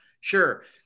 sure